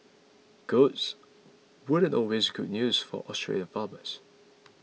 goats weren't always good news for Australian farmers